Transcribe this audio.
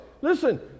listen